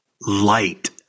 light